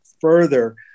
further